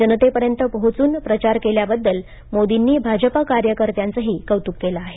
जनतेपर्यंत पोहोचून प्रचारकेल्याबद्दल मोदींनी भाजप कार्यकर्त्यांचंही कौतुक केलं आहे